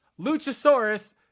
Luchasaurus